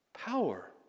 Power